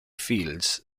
feels